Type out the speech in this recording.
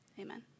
amen